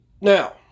Now